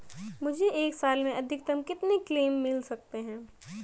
मुझे एक साल में अधिकतम कितने क्लेम मिल सकते हैं?